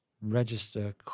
register